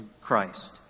Christ